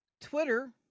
Twitter